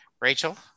Rachel